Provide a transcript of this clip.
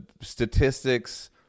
statistics